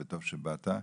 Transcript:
וטוב שבאת,